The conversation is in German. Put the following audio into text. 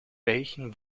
welchen